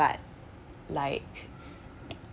but like